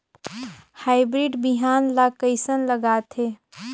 Hybrid बिहान ला कइसन लगाथे?